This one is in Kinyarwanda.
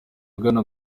bagana